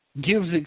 gives